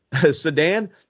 Sedan